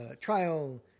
trial